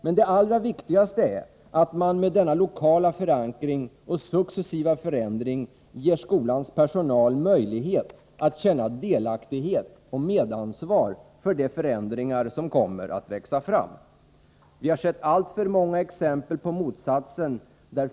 Men det allra viktigaste är att man med denna lokala förankring och dessa successiva förändringar ger skolans personal möjlighet att känna delaktighet i och medansvar för de förändringar som kommer att växa fram. Vi har sett alltför många exempel på motsatsen.